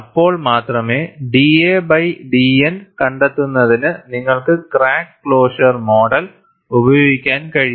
അപ്പോൾ മാത്രമേ da by dN കണ്ടെത്തുന്നതിന് നിങ്ങൾക്ക് ക്രാക്ക് ക്ലോഷർ മോഡൽ ഉപയോഗിക്കാൻ കഴിയും